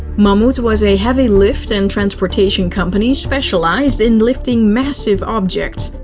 mammoet was a heavy lift and transportation company specialized in lifting massive objects,